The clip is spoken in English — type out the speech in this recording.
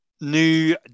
new